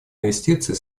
инвестиции